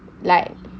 like